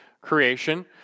creation